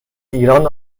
ایران